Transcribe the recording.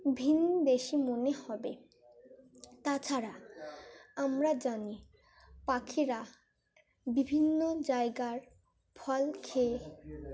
ভিন দেশি মনে হবে তাছাড়া আমরা জানি পাখিরা বিভিন্ন জায়গার ফল খেয়ে